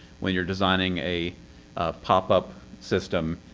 when you're designing a pop-up system,